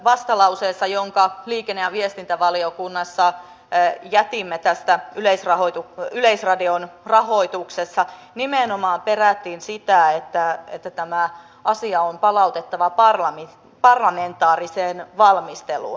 vastalauseessa jonka liikenne ja viestintävaliokunnassa jätimme tästä yleisradion rahoituksesta nimenomaan perättiin sitä että tämä asia on palautettava parlamentaariseen valmisteluun